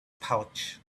pouch